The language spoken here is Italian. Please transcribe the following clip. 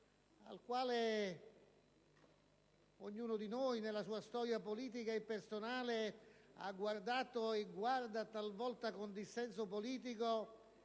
al quale ognuno di noi nella sua storia politica e personale ha guardato e guarda talvolta con dissenso politico,